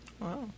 Wow